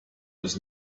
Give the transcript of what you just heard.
was